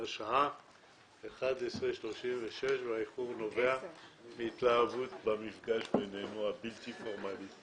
והשעה 11:36. האיחור נובע מהתלהבות במפגש הבלתי פורמלי בינינו.